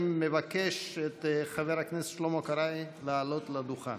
מבקש את חבר הכנסת שלמה קרעי לעלות לדוכן.